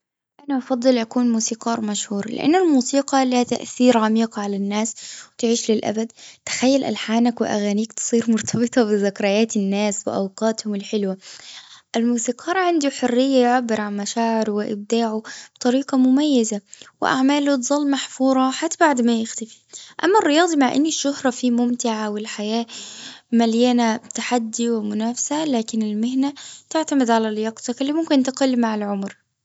أنا أفضل أكون موسيقار مشهور لأن الموسيقى لها تأثير عميق على الناس تعيش للأبد تخيل الحانك وأغانيك تصير مرتبطة بزكريات الناس وأوقاتهم الحلوة الموسيقار عندي حرية يعبرعن مشاعرة وأبداعة بطريقة مميزة وأعماله تظل محفورة حتى بعد ما يختفي أما الرياضي مع أن الشهرة فيه ممتعة والحياة مليانة تحدي ومنافسة لكن المهنة تعتمد على اللياقة فاللي ممكن تقل مع العمر.